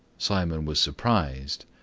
simon was surprised.